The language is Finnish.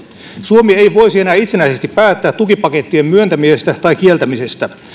suomi ei voisi enää itsenäisesti päättää tukipakettien myöntämisestä tai kieltämisestä